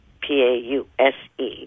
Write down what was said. P-A-U-S-E